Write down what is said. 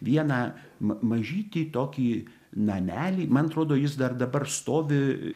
vieną ma mažytį tokį namelį man atrodo jis dar dabar stovi